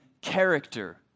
character